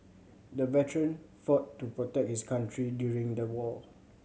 the veteran fought to protect his country during the war